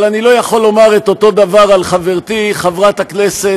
אבל אני לא יכול לומר את אותו הדבר על חברתי חברת הכנסת